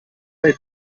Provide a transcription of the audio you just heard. dai